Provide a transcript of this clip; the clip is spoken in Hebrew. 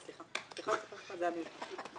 סליחה, זה היה מיותר.